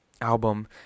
album